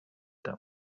them